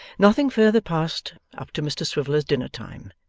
nothing further passed up to mr swiveller's dinner-time,